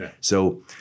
So-